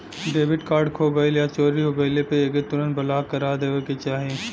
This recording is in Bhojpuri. डेबिट कार्ड खो गइल या चोरी हो गइले पर एके तुरंत ब्लॉक करा देवे के चाही